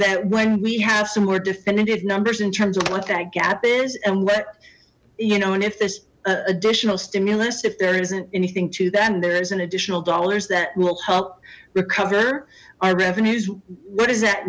that when we have some more definitive numbers in terms of what that gap is and what you know and if this additional stimulus if there isn't anything to them and there is an additional dollars that will help recover our revenues what does that